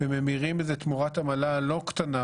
וממירים את הצ'קים האלה תמורת עמלה לא קטנה